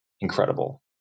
incredible